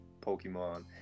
Pokemon